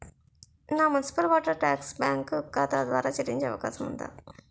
నా municipal water tax bank ఖాతా ద్వారా చెల్లించే అవకాశం ఉందా?